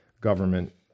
government